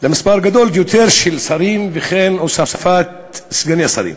למספר הגדול ביותר של שרים, וכן מוסיף סגני שרים.